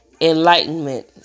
Enlightenment